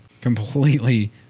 Completely